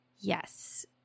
yes